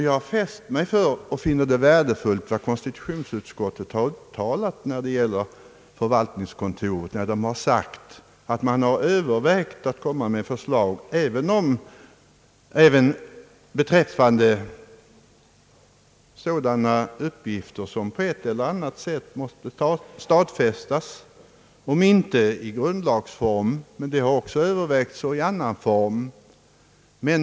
Jag har fäst mig vid och finner det värdefullt vad konstitutionsutskottet har uttalat när det gäller förvaltningskontoret, nämligen att man har övervägt att komma med förslag även beträffande sådana uppgifter som på ett eller annat sätt måste stadfästas om inte i grundlagsform — även det har övervägts — så i annan form.